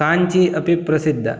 काञ्ची अपि प्रसिद्धा